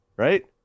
Right